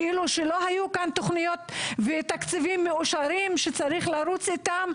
כאילו שלא היו פה כבר תוכניות ותקציבים מאושרים שצריך לרוץ איתם,